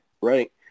right